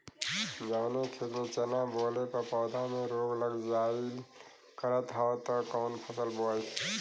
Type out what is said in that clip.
जवने खेत में चना बोअले पर पौधा में रोग लग जाईल करत ह त कवन फसल बोआई?